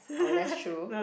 oh that's true